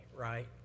right